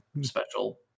special